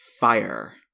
Fire